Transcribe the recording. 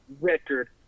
record